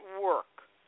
work